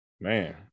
Man